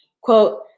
Quote